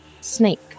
Snake